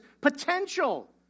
potential